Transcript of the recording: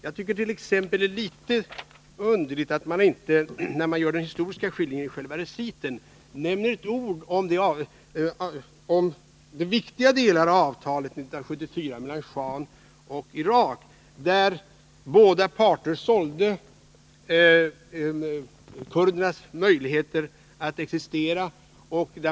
Jag tycker t.ex. att det är litet underligt att utskottet i den historiska skildringen i reciten inte nämner ett ord om de viktiga delarna av avtalet 1974 mellan schahen och Irak, där båda parter sålde kurdernas möjligheter att existera.